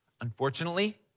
Unfortunately